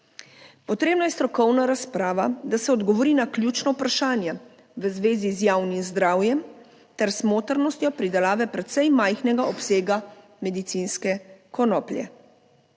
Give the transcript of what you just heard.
Potrebna je strokovna razprava, da se odgovori na ključna vprašanja v zvezi z javnim zdravjem ter smotrnostjo pridelave precej majhnega obsega medicinske konoplje.